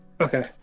okay